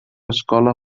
escola